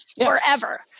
forever